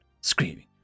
screaming